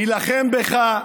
נילחם בך,